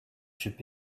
should